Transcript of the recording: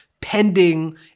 pending